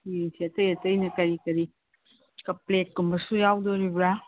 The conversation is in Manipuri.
ꯌꯦꯡꯁꯤ ꯑꯇꯩ ꯑꯇꯩꯅ ꯀꯔꯤ ꯀꯔꯤ ꯀꯞ ꯄ꯭ꯂꯦꯠꯀꯨꯝꯕꯁꯨ ꯌꯥꯎꯗꯨꯔꯤꯕꯔꯥ